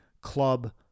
club